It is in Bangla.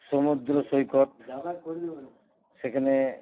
সমুদ্র সৈকত সেখানে